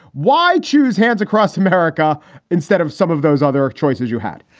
why choose hands across america instead of some of those other choices you had?